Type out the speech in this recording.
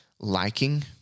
Liking